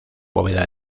bóveda